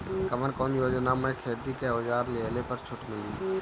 कवन कवन योजना मै खेती के औजार लिहले पर छुट मिली?